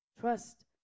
Trust